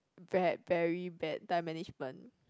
bad very bad time management